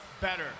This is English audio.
better